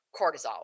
cortisol